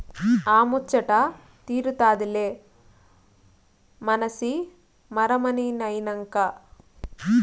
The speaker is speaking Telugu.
ఆ ముచ్చటా తీరతాదిలే మనసి మరమనినైనంక